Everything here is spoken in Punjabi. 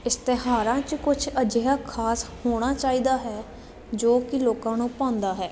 ਇਸ਼ਤਿਹਾਰਾਂ 'ਚ ਕੁਛ ਅਜਿਹਾ ਖਾਸ ਹੋਣਾ ਚਾਹੀਦਾ ਹੈ ਜੋ ਕਿ ਲੋਕਾਂ ਨੂੰ ਭਾਉਂਦਾ ਹੈ